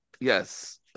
yes